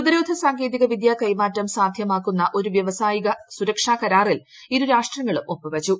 പ്രതിരോധ സാങ്കേതിക വിദ്യ കൈമാറ്റം സാധ്യമാക്കുന്ന ഒരു വ്യാവസായിക സുരക്ഷാ കരാറിൽ ഇരുരാഷ്ട്രങ്ങളും ഒപ്പുവച്ചു